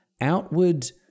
outward